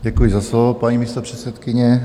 Děkuji za slovo, paní místopředsedkyně.